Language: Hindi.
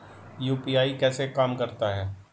यू.पी.आई कैसे काम करता है?